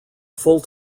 full